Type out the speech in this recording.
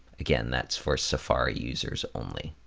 again, that's for safari users only.